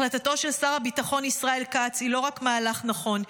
החלטתו של שר הביטחון ישראל כץ היא לא רק מהלך נכון,